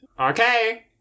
Okay